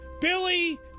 Billy